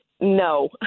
no